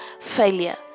failure